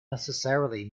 necessarily